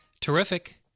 terrific